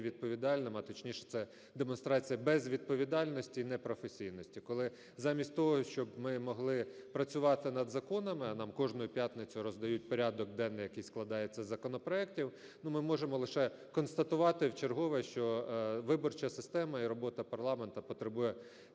відповідальним, а точніше, це демонстрація безвідповідальності й непрофесійності, коли замість того, щоб ми могли працювати над законами, а нам кожної п'ятниці роздають порядок денний, який складається з законопроектів, ну, ми можемо лише констатувати вчергове, що виборча система і робота парламенту потребує